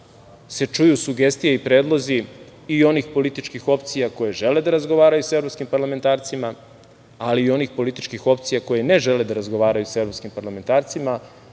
se čuju sugestije i predlozi i onih političkih opcija koje žele da razgovaraju sa evropskim parlamentarcima, ali i onih političkih opcija koje ne žele da razgovaraju sa evropskim parlamentarcima,